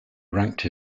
ranked